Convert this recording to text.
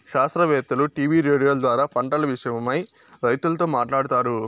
శాస్త్రవేత్తలు టీవీ రేడియోల ద్వారా పంటల విషయమై రైతులతో మాట్లాడుతారు